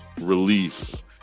relief